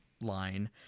line